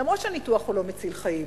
אף-על-פי שהניתוח הוא לא מציל חיים.